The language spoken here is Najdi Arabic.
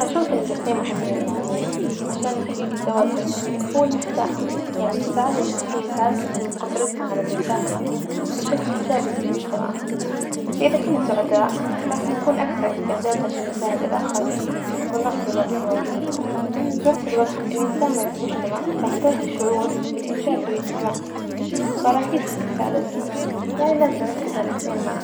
أشوف إن الاثنين مهمين، يعني عشان نحجج التوازن هو المفتاح، يعني السعادة الشخصية تعزز من قدرتنا على المساهمة بشكل إيجابي في المجتمع، فإذا كنا سعداء راح نكون أكثر إستعداد عشان نساعد الآخرين، ونعطي من وقتنا وجهدنا، وفي نفس الوجت المساهمة في المجتمع راح تعطي شعور بالإنجاز والإنتماء، فراح يسهم في سعادتنا، يعني لازم نركز على الاثنين معا.